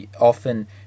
often